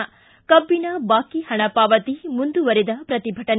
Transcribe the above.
ಿ ಕಬ್ಬಿನ ಬಾಕಿ ಹಣ ಪಾವತಿ ಮುಂದುವರಿದ ಪ್ರತಿಭಟನೆ